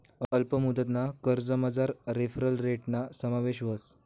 अल्प मुदतना कर्जमझार रेफरल रेटना समावेश व्हस